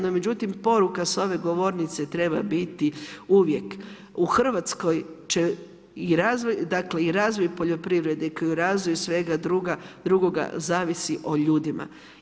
No međutim poruka sa ove govornice treba biti uvijek u Hrvatskoj će i razvoj, dakle i razvoj poljoprivrede i u razvoju svega drugoga zavisi o ljudima.